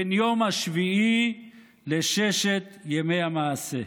בין יום השביעי לששת ימי המעשה.